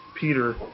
Peter